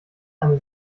eine